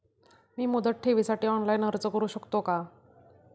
मी मुदत ठेवीसाठी ऑनलाइन अर्ज करू शकतो का?